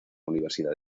universidad